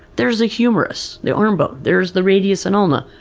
there's a humerus, the arm bone. there's the radius and ulna,